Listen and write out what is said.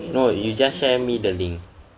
no you just share me the link